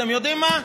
אתם יודעים מה,